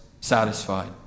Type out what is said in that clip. satisfied